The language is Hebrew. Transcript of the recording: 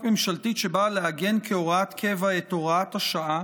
ממשלתית שבאה לעגן כהוראת קבע את הוראת השעה